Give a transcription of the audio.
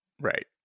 Right